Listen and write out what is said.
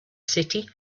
city